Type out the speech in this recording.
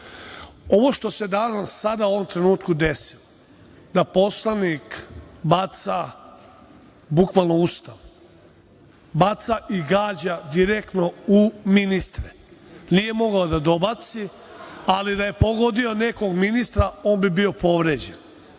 104.Ovo što se danas, sada u ovom trenutku desilo, da poslanik baca, bukvalno ustao, baca i gađa direktno u ministre, nije mogao da dobaci, ali da je pogodio nekog ministra on bi bio povređen. Da